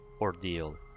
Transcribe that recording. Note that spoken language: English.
ordeal